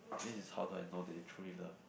this is how that I know that you truly love